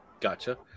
Gotcha